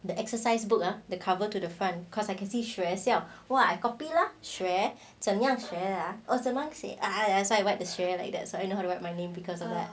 the exercise book ah the cover to the front cause I can see 学校 !wah! I copy lah 学怎样学 ah 怎样写 that's why the 学 like that so I know how to write my name because of that